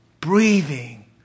breathing